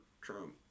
Trump